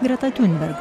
greta tiunberg